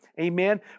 amen